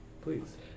please